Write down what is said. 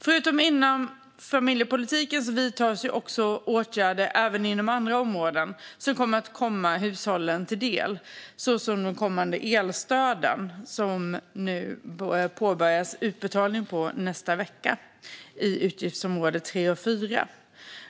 Förutom inom familjepolitiken vidtas även inom andra områden åtgärder som kommer att komma hushållen till del, såsom de kommande elstöden, som det påbörjas utbetalning av nästa vecka för elprisområde 3 och 4.